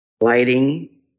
Lighting